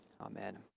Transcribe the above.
amen